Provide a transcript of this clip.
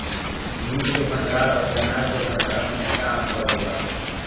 बीज के भंडार औरी अनाज के भंडारन में का अंतर होला?